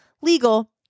legal